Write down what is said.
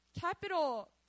Capital